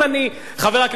חבר הכנסת חסון,